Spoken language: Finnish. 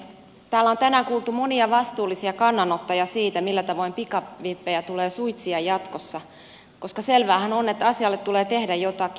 täällä on tänään kuultu monia vastuullisia kannanottoja siitä millä tavoin pikavippejä tulee suitsia jatkossa koska selväähän on että asialle tulee tehdä jotakin